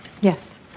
Yes